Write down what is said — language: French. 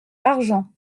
argens